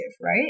right